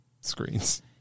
screens